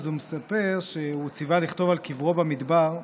אז הוא מספר שהוא ציווה לכתוב על קברו במדבר,